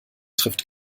trifft